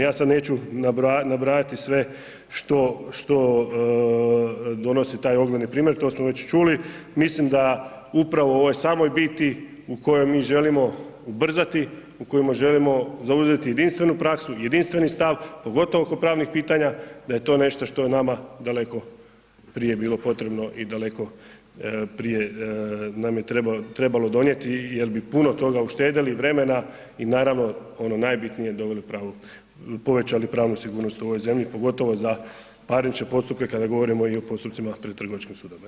Ja sad neću nabrajati sve što, što donosi taj ogledni primjer to smo već čuli, mislim da upravo u ovoj samoj biti u kojoj mi želimo ubrzati, u kojima želimo zauzeti jedinstvenu praksu, jedinstveni stav, pogotovo oko pravnih pitanja da je to nešto što je nama daleko prije bilo potrebno i daleko prije nam je trebalo donijeti jer bi puno toga uštedjeli i vremena i naravno ono najbitnije doveli, povećali pravnu sigurnost u ovoj zemlji, pogotovo za parničke postupke, kada govorimo o postupcima pred trgovačkim sudovima.